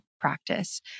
practice